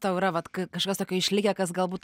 tau yra vat kažkas tokio išlikę kas galbūt